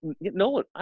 no